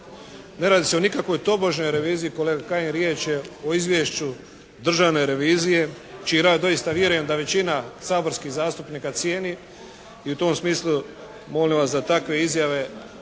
Ne radi se o nikakvoj tobožnoj reviziji, kolega Kajin. Riječ je o Izvješću Državne revizije čiji rad doista vjerujem da većina saborskih zastupnika cijeni i u tom smislu molim vas da takve izjave